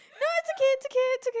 no it's okay it's okay it's